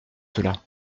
cela